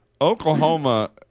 Oklahoma